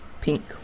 pink